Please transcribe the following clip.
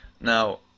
Now